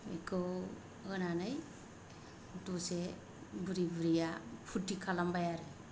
एखौ होनानै दसे बुरि बुरैया फुर्तिक खालामबाय आरो